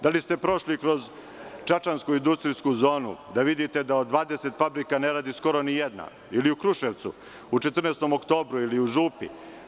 Da li ste prošli kroz čačansku industrijsku zonu, da vidite da od 20 fabrika ne radi skoro nijedna, ili u Kruševcu, u „14. oktobru“ ili u Župi?